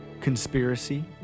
conspiracy